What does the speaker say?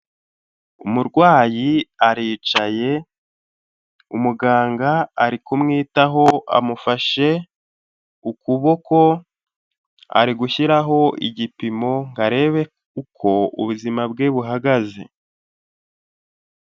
Umurwayi aricaye, umuganga ari kumwitaho amufashe ukuboko, ari gushyiraho igipimo ngo arebe uko ubuzima bwe buhagaze.